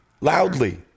loudly